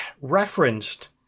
referenced